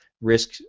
risk